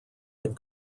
had